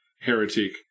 Heretic